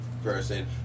person